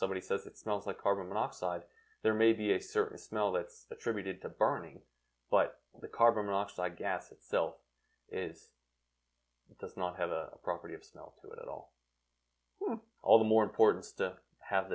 somebody says it's not like carbon monoxide there may be a certain smell that attributed to burning but the carbon monoxide gas itself it does not have a property of smell to it at all all the more important to have